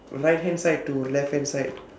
right hand side to left hand side